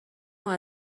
ماه